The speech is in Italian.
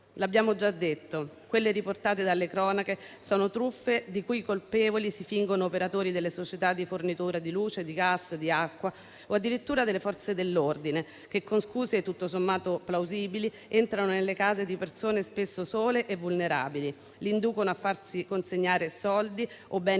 L'abbiamo già detto: quelle riportate dalle cronache sono truffe i cui colpevoli si fingono operatori delle società di fornitura di luce, di gas e di acqua o addirittura delle Forze dell'ordine, che con scuse tutto sommato plausibili entrano nelle case di persone spesso sole e vulnerabili, le inducono a farsi consegnare soldi o beni